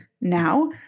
now